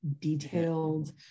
detailed